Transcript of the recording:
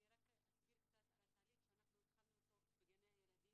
אני רק אסביר קצת על התהליך שאנחנו התחלנו אותו בגני הילדים.